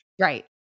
Right